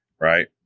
right